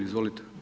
Izvolite.